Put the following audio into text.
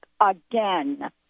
again